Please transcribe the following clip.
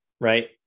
right